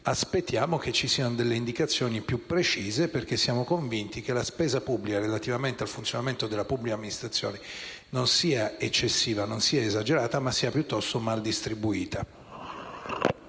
pertanto, che vi siano indicazioni più precise, perché siamo convinti che la spesa pubblica, relativamente al funzionamento della pubblica amministrazione, non sia eccessiva o esagerata, ma sia, piuttosto, mal distribuita.